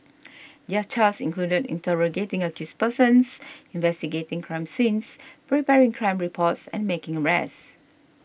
their tasks included interrogating accused persons investigating crime scenes preparing crime reports and making arrests